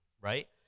right